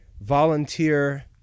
volunteer